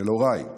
של הוריי,